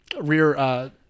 rear